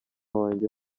wanjye